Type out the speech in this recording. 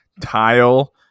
tile